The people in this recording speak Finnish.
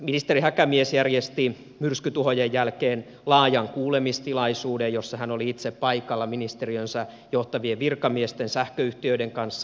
ministeri häkämies järjesti myrskytuhojen jälkeen laajan kuulemistilaisuuden jossa hän oli itse paikalla ministeriönsä johtavien virkamiesten sähköyhtiöiden kanssa